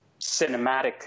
cinematic